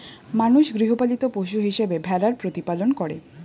মানুষ গৃহপালিত পশু হিসেবে ভেড়ার প্রতিপালন করে